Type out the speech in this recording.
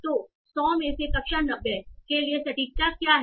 तो 100 में से कक्षा 90 के लिए सटीकता क्या है